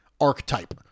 archetype